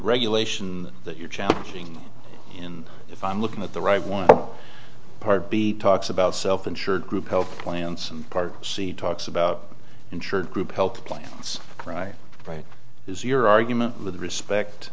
regulation that you're challenging and if i'm looking at the right one part b talks about self insured group health plans and part c talks about insured group health plans right right is your argument with respect